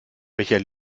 welcher